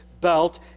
belt